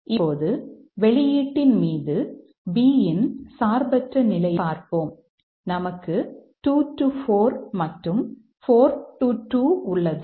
இப்போது வெளியீட்டின் மீது B இன் சார்பற்ற நிலையை பார்ப்போம் நமக்கு 2 4 மற்றும் 4 2 உள்ளது